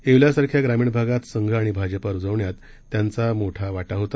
येवल्यासारख्या ग्रामीण भागात संघ आणि भाजपा रूजवण्यात त्यांचा मोठा वाटा होता